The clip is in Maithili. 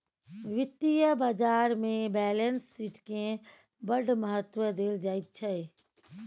वित्तीय बाजारमे बैलेंस शीटकेँ बड़ महत्व देल जाइत छै